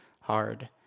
hard